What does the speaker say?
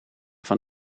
van